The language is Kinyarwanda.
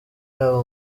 yaba